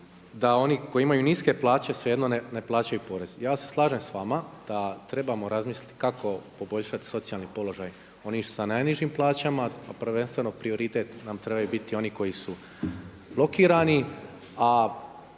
da oni koji imaju niske plaće svejedno ne plaćaju porez. Ja se slažem s vama da trebamo razmisliti kako poboljšati socijalni položaj onih sa najnižim plaćama, a prvenstveno prioritet nam trebaju biti oni koji su blokirani,